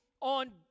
on